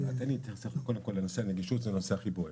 נושא הנגישות הוא הנושא הכי בוער.